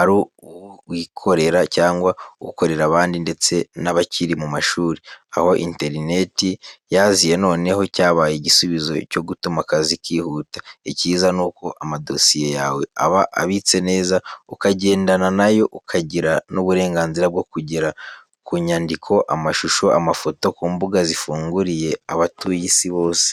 ari uwikorera cyangwa ukorera abandi ndetse n'abakiri mu mashuri. Aho interneti yaziye noneho cyabaye igisubizo cyo gutuma akazi kihuta. Icyiza nuko amadosiye yawe aba abitse neza ukagendana na yo, ukagira n'uburenganzira bwo kugera ku nyandiko, amashusho, amafoto ku mbuga zifunguriye abatuye isi bose.